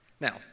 Now